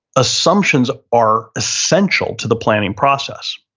assumptions are essential to the planning process.